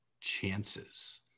chances